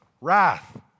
wrath